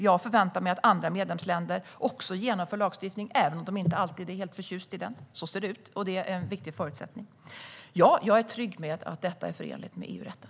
Jag förväntar mig att andra medlemsländer också genomför lagstiftning, även om de inte alltid är helt förtjusta i den. Det är en viktig förutsättning. Ja, jag är trygg med att detta är förenligt med EU-rätten.